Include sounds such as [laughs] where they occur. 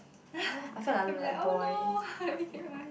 [laughs] then be like oh no everything right